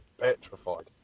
petrified